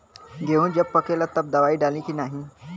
गेहूँ जब पकेला तब दवाई डाली की नाही?